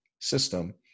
system